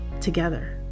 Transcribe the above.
together